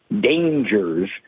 dangers